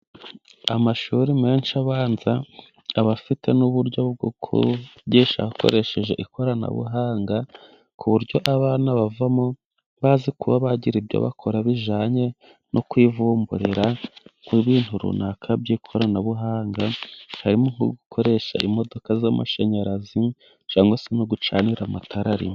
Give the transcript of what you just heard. Amashuri menshi abanza aba afite n'uburyo bwo kubigisha hakoresheje ikoranabuhanga, ku buryo abana bavamo bazi kuba bagira ibyo bakora bijyanye no kwivumburira ku ibintu runaka by'ikoranabuhanga, harimo gukoresha imodoka z'amashanyarazi cyangwa se no gucanira amatara rimwe.